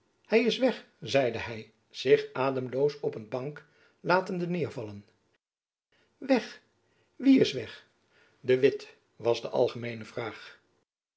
hy is weg zeide hy zich ademloos op een bank latende neêrvallen weg wie is weg de witt was de algemeene vraag